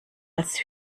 als